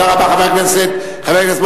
תודה רבה, חבר הכנסת מוזס.